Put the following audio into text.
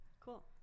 Cool